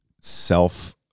self